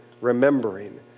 remembering